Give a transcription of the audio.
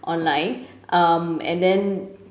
online um and then